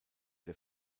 der